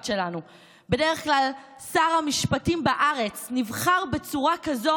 שלנו: "בדרך כלל שר המשפטים בארץ נבחר בצורה כזו